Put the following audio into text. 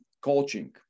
coaching